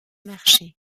marcher